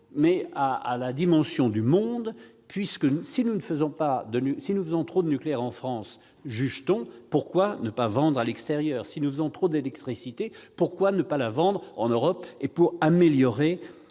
mais de la dimension du monde. Si nous faisons trop de nucléaire en France, juge-t-on, pourquoi ne pas vendre à l'extérieur ? Si nous faisons trop d'électricité, pourquoi ne pas la vendre en Europe ? En améliorant